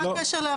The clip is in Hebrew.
מה הקשר?